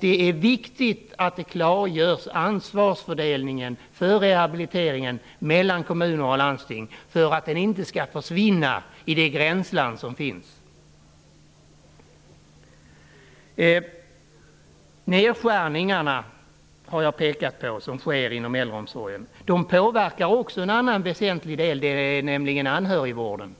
Det är viktigt att ansvarsfördelningen mellan kommuner och landsting vad gäller rehabiliteringen klargörs för att den inte skall försvinna i det gränsland som finns. Jag har pekat på de nedskärningar som sker inom äldreomsorgen. De påverkar också en annan väsentlig del, nämligen anhörigvården.